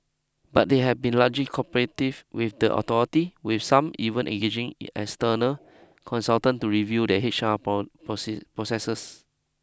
but they have been largely cooperative with the authority with some even engaging external consultants to review their H R prawn proceeds processes